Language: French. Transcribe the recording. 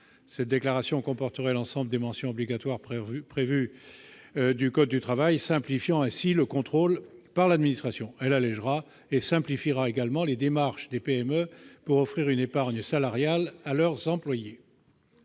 Cette déclaration comporterait l'ensemble des mentions obligatoires prévues à l'article L. 3313-2 du code du travail, simplifiant ainsi le contrôle par l'administration. Elle allégera et simplifiera également les démarches des PME pour offrir une épargne salariale à leurs employés.